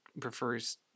prefers